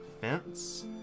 fence